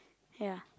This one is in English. ya